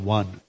one